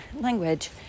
language